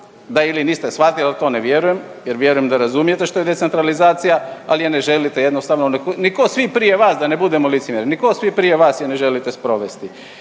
da ili niste shvatili, al to ne vjerujem jer vjerujem da razumijete što je decentralizacija ali je ne želite jednostavno, ni ko svi prije vas da ne budemo licemjerni, ni ko svi prije vas je ne želite sprovesti.